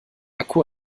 akku